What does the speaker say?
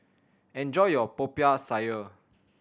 enjoy your Popiah Sayur